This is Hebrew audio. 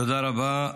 תודה רבה.